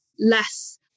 less